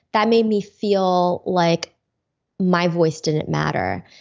that made me feel like my voice didn't matter.